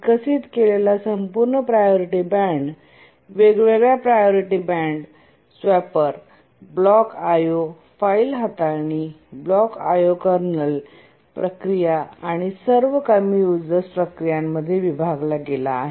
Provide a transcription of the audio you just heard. विकसित केलेला संपूर्ण प्रायोरिटी बँड वेगवेगळ्या priority band swapper block I O file हाताळणी ब्लॉक I O कर्नल प्रक्रिया आणि सर्वात कमीयुजर्स प्रक्रियांमध्ये विभागला गेला आहे